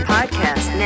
Podcast